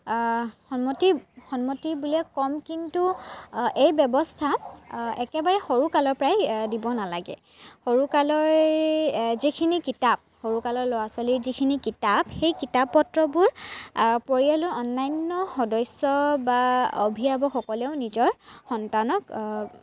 সন্মতি সন্মতি বুলিয়ে কম কিন্তু এই ব্যৱস্থা একেবাৰে সৰু কালৰ পৰাই দিব নালাগে সৰু কালৰ যিখিনি কিতাপ সৰু কালৰ ল'ৰা ছোৱালীৰ যিখিনি কিতাপ সেই কিতাপ পত্ৰবোৰ পৰিয়ালৰ অন্যান্য সদস্য বা অভিভাৱকসকলেও নিজৰ সন্তানক